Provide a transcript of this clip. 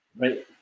right